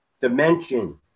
dimension